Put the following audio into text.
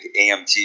amt